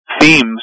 Themes